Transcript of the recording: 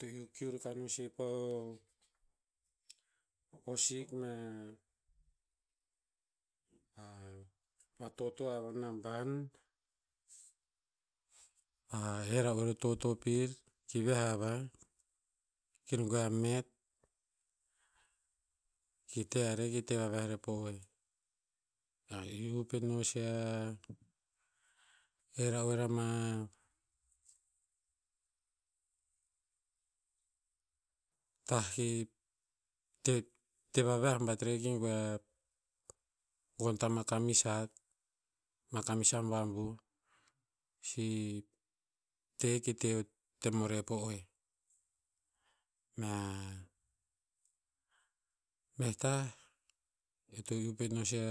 To iu kiu raka no si po o, hosik mea, a, vatoto ava naban, a he a ra'oer o toto pir kir viah avah. Kir goe a met. Ki te ha rer ki te vaviah rer po oeh. A, iu pet no si a, he ra'oer ama, tah ki, te- te vaviah bat rer ki goe a, gon ta ma kamis hat. Ma kamis abuabuh. Si te ki te tem o re po oeh. Mea, meh tah, eo to iu pet no si a,